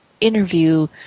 interview